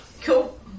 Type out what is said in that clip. Cool